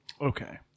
Okay